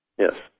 Yes